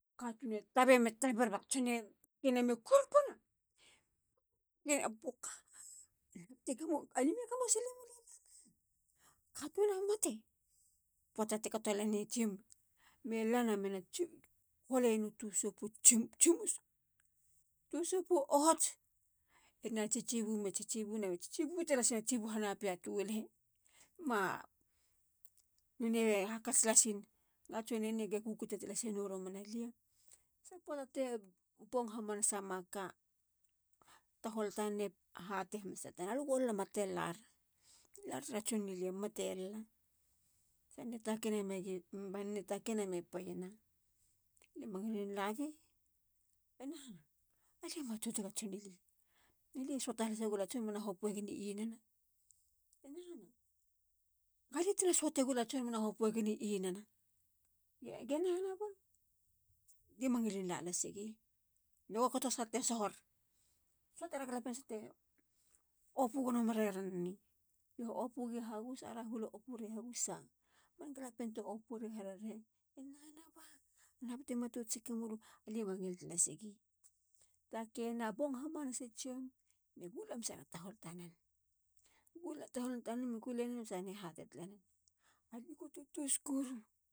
Katun e tabe me taber ba tson e takena me kurapana. ba. boka lime gamo silemula lia ha? Katun e mate. poata te katolen tsiom me lana mena holeiena tu sop. sop a tsimus. tu sop a ohots batena tsitsi buna be tsitsi buna be tsitsi bu lasina. tsitsibu hanapia to lahi. nonei hakats lasi. piah. a tson e ni e kukute romana lasenolia. Sa poata te bong hamanasa ka. tahol tan e hatei hamanasa talenen lugo lama te lar. lar tara tson i li. tson ili e mate lala. banei hatei nen me pena mangilin la gi. na nahha. alie matotiga tson i li. alie suata hase gula tson mena hopuegen i inana. ge naha ba. ah. le mangilin lasigi. lue go kato sarate sohor. suatara galapien sa ra te soho meranen eni. are. ara huol e opu ri hagus ba galapien te opu rowe harerehi. E nahana ba. naha te matot seke mulu. ah? Lie ma ngil las gi. takena. bong hamanasa tsiom bante hatena tahol tanen. ey. alugo tagule. lie katsin totos korug